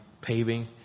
paving